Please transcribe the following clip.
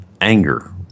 anger